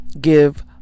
give